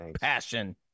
passion